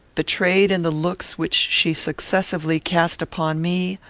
betrayed in the looks which she successively cast upon me,